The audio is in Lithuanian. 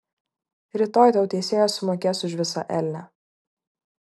rytoj tau teisėjas sumokės už visą elnią